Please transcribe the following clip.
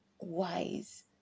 wise